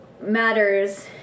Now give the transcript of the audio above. matters